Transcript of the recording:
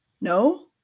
No